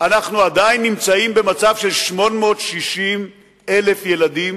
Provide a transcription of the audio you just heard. אנחנו עדיין נמצאים במצב ש-860,000 ילדים